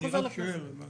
אני לא שואל, הבנתי.